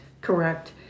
correct